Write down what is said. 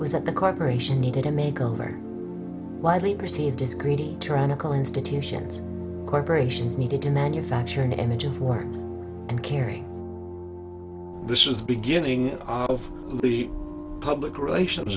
was that the corporation needed a make over widely perceived discreet tyrannical institutions corporations needed to manufacture an image of war and carry this is the beginning of the public relations